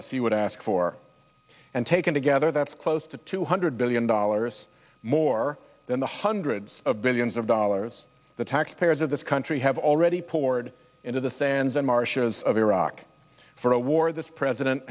you would ask for and taken together that's close to two hundred billion dollars more than the hundreds of billions of dollars the taxpayers of this country have already poured into the sands and marshes of iraq for a war this president